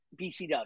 BCW